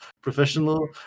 professional